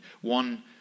one